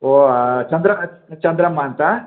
ಓಹ್ ಚಂದ್ರ ಚಂದ್ರಮ್ಮ ಅಂತ